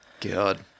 God